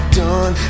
done